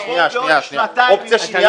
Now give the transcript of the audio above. רגע רבותי.